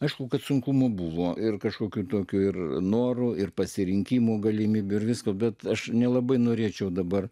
aišku kad sunkumų buvo ir kažkokių tokių ir norų ir pasirinkimo galimybių ir visko bet aš nelabai norėčiau dabar